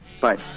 Bye